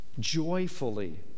Joyfully